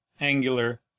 angular